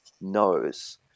knows